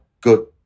good